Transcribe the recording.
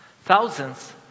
Thousands